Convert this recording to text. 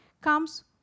comes